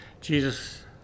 Jesus